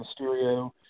Mysterio